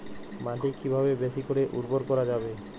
মাটি কিভাবে বেশী করে উর্বর করা যাবে?